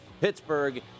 Pittsburgh